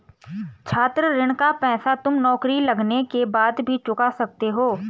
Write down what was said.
छात्र ऋण का पैसा तुम नौकरी लगने के बाद भी चुका सकते हो